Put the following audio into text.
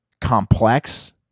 complex